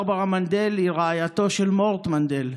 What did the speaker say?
ברברה מנדל היא רעייתו של מורט מנדל,